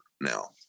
now